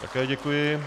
Také děkuji.